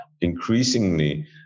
increasingly